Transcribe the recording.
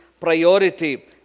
priority